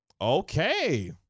Okay